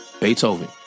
Beethoven